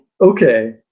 okay